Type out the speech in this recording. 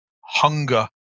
hunger